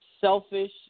Selfish